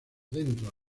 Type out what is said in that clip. dentro